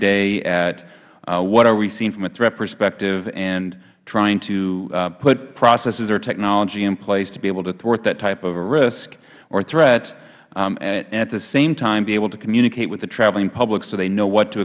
day at what are we seeing from a threat perspective and trying to put processes or technology in place to be able to thwart that type of a risk or threat and at the same time be able to communicate with the traveling public so they know what to